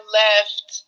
left